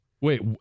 wait